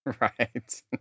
Right